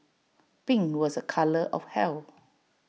pink was A colour of health